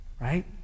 Right